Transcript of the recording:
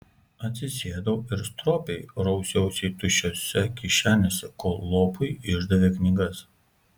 atsisėdau ir stropiai rausiausi tuščiose kišenėse kol lopui išdavė knygas